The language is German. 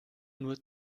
nur